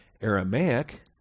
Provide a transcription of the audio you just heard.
aramaic